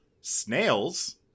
snails